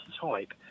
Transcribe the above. type